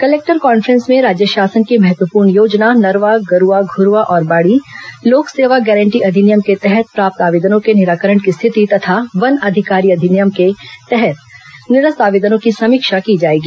collector conference में राज्य शासन की महत्वपूर्ण योजना नरवा गरूवा घुरूवा और बाड़ी लोक सेवा गारंटी अधिनियम के तहत प्राप्त आवेदनों के निराकरण की स्थिति तथा वन अधिकारी अधिनियम के तहत निरस्त आवेदनों की समीक्षा की जाएगी